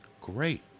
great